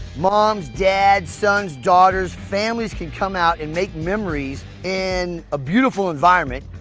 moms, dads, sons, daughters, families can come out and make memories in a beautiful environment.